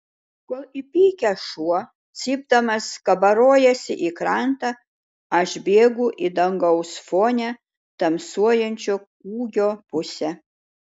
kol įpykęs šuo cypdamas kabarojasi į krantą aš bėgu į dangaus fone tamsuojančio kūgio pusę